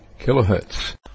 kilohertz